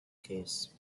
case